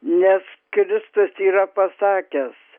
nes kristus yra pasakęs